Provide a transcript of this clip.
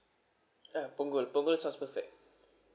ah punggol punggol sounds perfect